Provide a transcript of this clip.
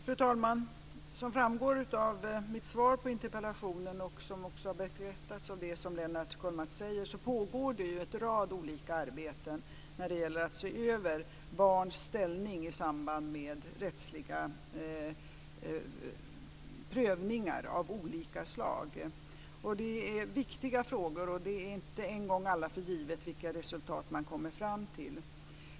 Fru talman! Som framgår av mitt svar på interpellationen, och som också bekräftas av det som Lennart Kollmats säger, pågår det en rad olika arbeten med att se över barns ställning i samband med rättsliga prövningar av olika slag. Det är viktiga frågor, och det är inte en gång för alla givet vilka resultat man kommer fram till.